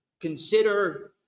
consider